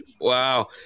Wow